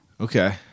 Okay